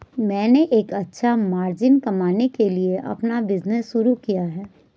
मैंने एक अच्छा मार्जिन कमाने के लिए अपना बिज़नेस शुरू किया है